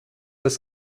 das